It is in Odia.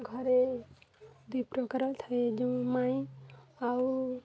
ଘରେ ଦୁଇ ପ୍ରକାର ଥାଏ ଯେଉଁ ମାଈ ଆଉ